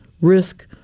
risk